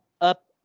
up